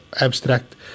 abstract